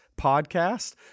podcast